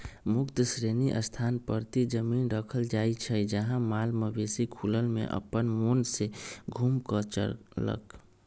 मुक्त श्रेणी स्थान परती जमिन रखल जाइ छइ जहा माल मवेशि खुलल में अप्पन मोन से घुम कऽ चरलक